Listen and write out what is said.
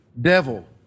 devil